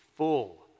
full